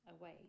away